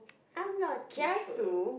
I'm not too sure